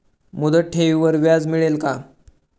मुदत ठेवीवर व्याज मिळेल का?